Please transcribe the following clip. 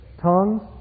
Tongues